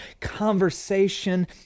conversation